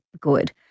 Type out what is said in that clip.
good